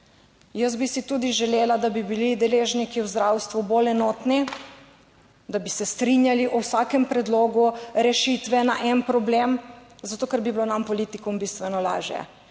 Jaz bi si tudi želela, da bi bili deležniki v zdravstvu bolj enotni, da bi se strinjali o vsakem predlogu rešitve na en problem, zato, ker bi bilo nam politikom bistveno lažje,